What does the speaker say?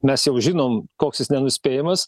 mes jau žinom koks jis nenuspėjamas